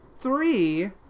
three